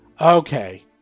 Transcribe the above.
Okay